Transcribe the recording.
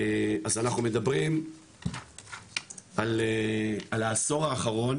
אז אנחנו מדברים על העשור האחרון,